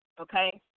okay